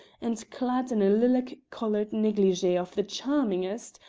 and clad in a lilac-coloured negligee of the charmingest,